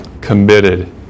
committed